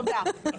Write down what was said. תודה.